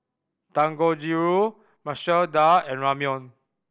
Dangojiru Masoor Dal and Ramyeon